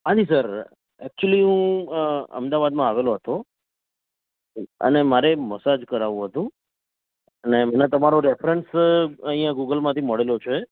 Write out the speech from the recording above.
હા જી sir actually હું અમદાવાદમાં આવ્યો હતો અને મારે મસાજ કરાવવું હતુ ને મને તમારો રેફરન્સ અહીં ગૂગલમાથી મળ્યો છે